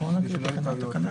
כדי שלא יהיו טעויות